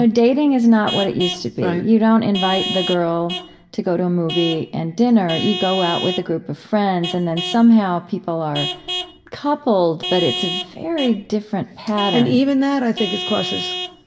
ah dating is not what it used to be. you don't invite the girl to go to a movie and dinner. you go out with a group of friends, and then, somehow, people are coupled. but it's a very different pattern and even that, i think, is cautious.